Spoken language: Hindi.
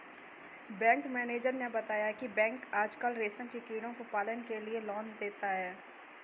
बैंक मैनेजर ने बताया की बैंक आजकल रेशम के कीड़ों के पालन के लिए लोन देता है